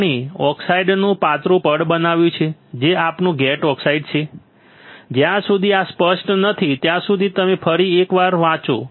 આપણે ઓક્સાઇડનું પાતળું પડ બનાવ્યું છે જે આપણું ગેટ ઓક્સાઇડ છે જ્યાં સુધી આ સ્પષ્ટ નથી ત્યાં સુધી તમે ફરી એકવાર વાંચો